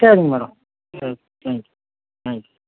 சரிங்க மேடம் சரி ம் ம்